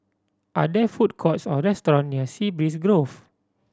are there food courts or restaurant near Sea Breeze Grove